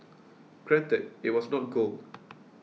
granted it was not gold